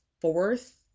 fourth